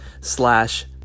slash